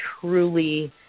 truly